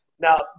Now